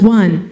one